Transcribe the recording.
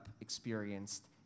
experienced